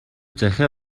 захиа